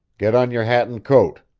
get on your hat and coat!